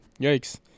yikes